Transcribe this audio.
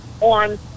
on